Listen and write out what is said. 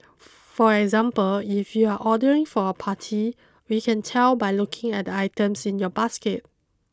for example if you're ordering for a party we can tell by looking at the items in your basket